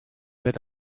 that